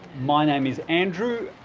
my name is andrew,